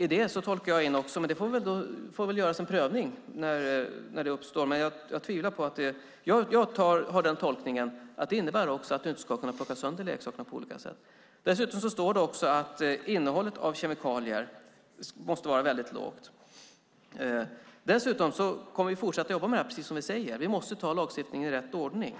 I det tolkar jag in - det får väl göras en prövning när situationen uppstår - att det innebär att man inte ska kunna plocka sönder leksakerna på olika sätt. Dessutom framgår det också att innehållet av kemikalier måste vara lågt. Vi kommer att fortsätta att jobba med frågan. Vi måste anta lagstiftningen i rätt ordning.